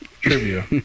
trivia